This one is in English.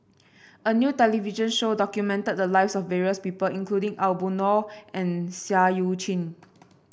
a new television show documented the lives of various people including Aw Boon Naw and Seah Eu Chin